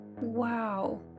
Wow